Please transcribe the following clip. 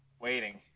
Waiting